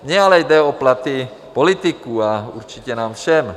Mně ale jde o platy politiků, a určitě nám všem.